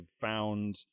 found